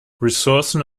ressourcen